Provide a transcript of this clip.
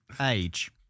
Age